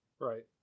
Right